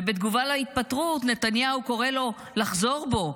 ובתגובה להתפטרות נתניהו קורא לו לחזור בו,